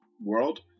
world